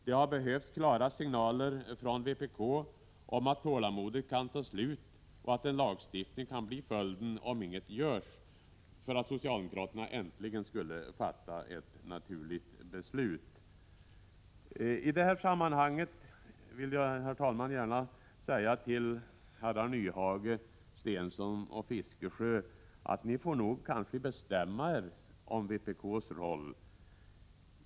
Det har behövts klara signaler från vpk om att tålamodet kan ta slut och att en lagstiftning kan bli följden om inget görs, för att socialdemokraterna äntligen skulle fatta ett naturligt beslut. I detta sammanhang vill jag gärna, herr talman, säga till herrar Nyhage, Stensson och Fiskesjö att ni nog får bestämma er när det gäller vpk:s politik.